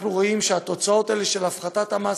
אנחנו רואים שהתוצאות האלה של הפחתת המס,